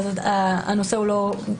אז הנושא הוא לא --- עמית,